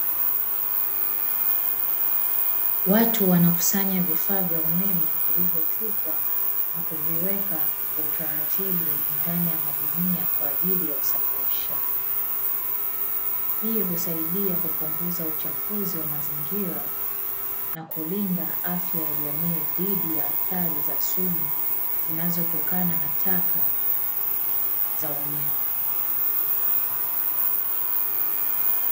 Watu wanakusanya vifaa vya umeme vilivyotupwa na kuweka utaratibu ndani ya magunia kwa ajili ya usafirishaji, hii husadia kupunguza uchafuzi wa mazingira na kulinda afya ya jamii dhidi ya athari za sumu zinazotokana na taka za umeme.